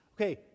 Okay